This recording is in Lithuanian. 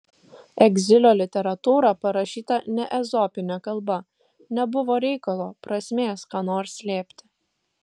egzilio literatūra parašyta ne ezopine kalba nebuvo reikalo prasmės ką nors slėpti